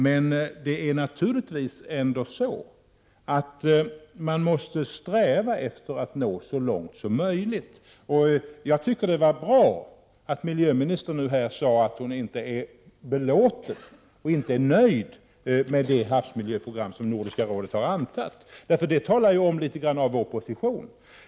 Men det är naturligtvis ändå så att man måste sträva efter att nå så långt som möjligt, och jag tycker att det var bra att miljöministern sade att hon inte är belåten med det havsmiljöprogram som Nordiska rådet har antagit. Det säger litet grand om vår position.